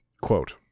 quote